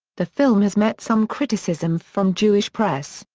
the film has met some criticism from jewish press,